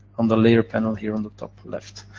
on the layer panel here on the top-left.